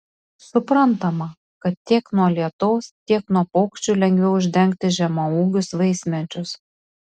suprantama kad tiek nuo lietaus tiek nuo paukščių lengviau uždengti žemaūgius vaismedžius